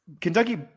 Kentucky